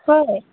হয়